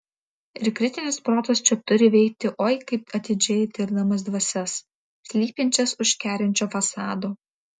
ir kritinis protas čia turi veikti oi kaip atidžiai tirdamas dvasias slypinčias už kerinčio fasado